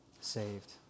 saved